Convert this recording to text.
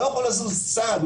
לא יכול לזוז צעד,